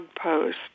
post